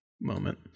moment